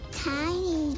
tiny